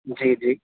جی جی